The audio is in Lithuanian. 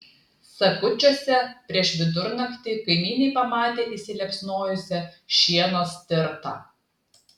sakūčiuose prieš vidurnaktį kaimynai pamatė įsiliepsnojusią šieno stirtą